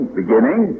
beginning